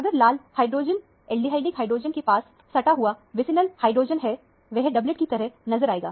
अगर लाल hydrogen aldehydic hydrogen hydrogen - aldehydic hydrogenके पास सटा हुआ विसिनल हाइड्रोजन है वह डबलेट की तरह नजर आएगा